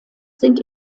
sind